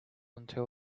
until